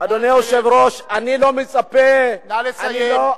אדוני היושב-ראש, אני לא מצפה, נא לסיים.